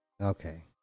okay